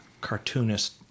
cartoonist